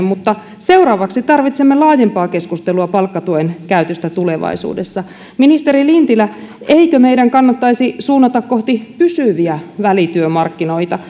mutta seuraavaksi tarvitsemme laajempaa keskustelua palkkatuen käytöstä tulevaisuudessa ministeri lintilä eikö meidän kannattaisi suunnata kohti pysyviä välityömarkkinoita